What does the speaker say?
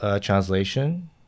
translation